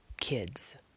kids